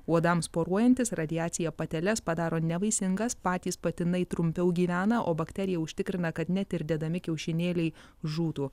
uodams poruojantis radiacija pateles padaro nevaisingas patys patinai trumpiau gyvena o bakterija užtikrina kad net ir dedami kiaušinėliai žūtų